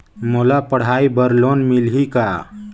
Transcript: मोला पढ़ाई बर लोन मिलही का?